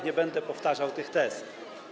Nie będę powtarzał tych tez.